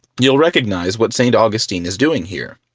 you'll recognize what st. augustine is doing here.